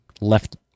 left